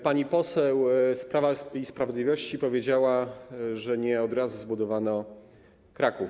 Pani poseł z Prawa i Sprawiedliwości powiedziała, że nie od razu zbudowano Kraków.